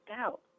out